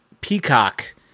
Peacock